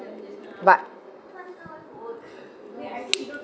but